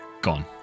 Gone